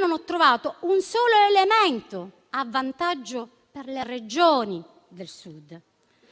non ho trovato un solo elemento a vantaggio delle Regioni del Sud.